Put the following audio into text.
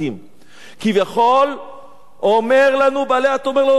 כביכול אומר לנו בעל ה"תוספות",